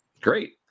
great